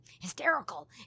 hysterical